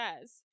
says